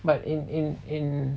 but in in in